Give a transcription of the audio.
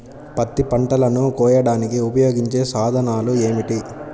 పత్తి పంటలను కోయడానికి ఉపయోగించే సాధనాలు ఏమిటీ?